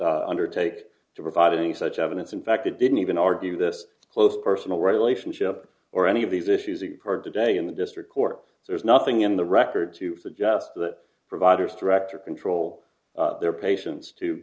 make undertake to providing such evidence in fact it didn't even argue this close personal relationship or any of these issues you heard today in the district court there's nothing in the record to suggest that providers director control their patients to